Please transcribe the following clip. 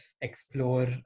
explore